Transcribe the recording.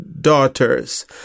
daughters